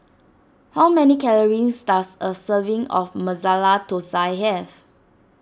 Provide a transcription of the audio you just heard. how many calories does a serving of Masala Thosai have